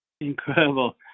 Incredible